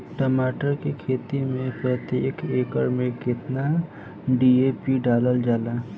टमाटर के खेती मे प्रतेक एकड़ में केतना डी.ए.पी डालल जाला?